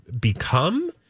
become